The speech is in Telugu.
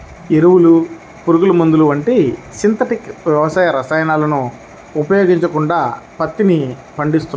ఎరువులు, పురుగుమందులు వంటి సింథటిక్ వ్యవసాయ రసాయనాలను ఉపయోగించకుండా పత్తిని పండిస్తున్నారు